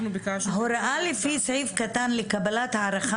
הוראה לפי סעיף קטן (א) לקבלת הערכת